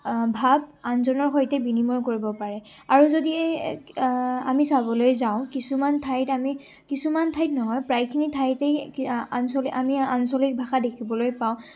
ভাৱ আনজনৰ সৈতে বিনিময় কৰিব পাৰে আৰু যদি এই আমি চাবলৈ যাওঁ কিছুমান ঠাইত আমি কিছুমান ঠাইত নহয় প্ৰায়খিনি ঠাইতেই আঞ্চল আমি আঞ্চলিক ভাষা দেখিবলৈ পাওঁ